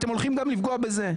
אתם הולכים גם לפגוע בזה.